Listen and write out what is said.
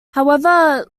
however